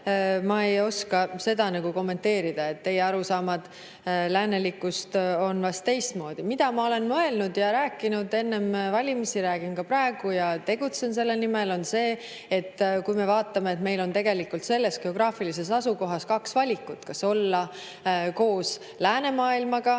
ma ei oska seda kommenteerida. Teie arusaamad läänelikkusest on vist teistmoodi. Mida ma olen mõelnud ja rääkinud enne valimisi ja räägin ka praegu ja mille nimel tegutsen, on see, et kui me vaatame, meil on tegelikult selles geograafilises asukohas kaks valikut: kas olla koos läänemaailmaga